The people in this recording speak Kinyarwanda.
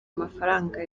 amafaranga